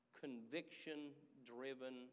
Conviction-driven